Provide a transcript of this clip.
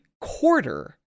quarter